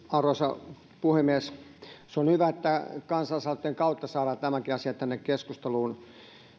arvoisa puhemies on hyvä että kansalaisaloitteen kautta saadaan tämäkin asia tänne keskusteluun